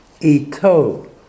ito